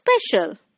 special